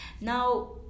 Now